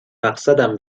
مقصدم